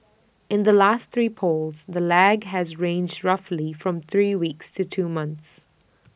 in the last three polls the lag has ranged roughly from three weeks to two months